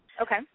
Okay